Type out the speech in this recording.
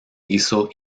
hizo